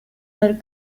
other